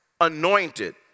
anointed